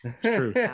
true